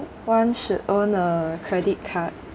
one should own a credit card